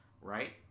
Right